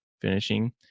finishing